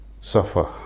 suffer